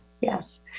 yes